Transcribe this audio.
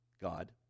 God